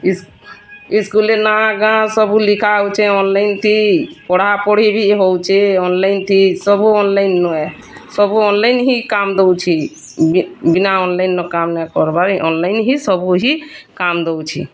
ଏ ସ୍କୁଲ୍ରେ ନା ଗାଁ ସବୁ ଲେଖାହେଉଛି ଅନ୍ଲାଇନ୍ ଟି ପଢ଼ାପଢ଼ି ବି ହେଉଛି ଅନ୍ଲାଇନ୍ ତି ସବୁ ଅନ୍ଲାଇନ୍ ହେ ସବୁ ଅନ୍ଲାଇନ୍ ହି କାମ ଦେଉଛି ବିନା ଅନ୍ଲାଇନ୍ ନାଇ କାମ କରିବା ଅନ୍ଲାଇନ୍ ଚି ସବୁ ହି କାମ ଦେଉଛି